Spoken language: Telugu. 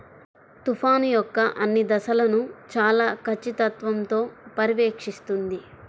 తుఫాను యొక్క అన్ని దశలను చాలా ఖచ్చితత్వంతో పర్యవేక్షిస్తుంది